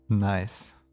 Nice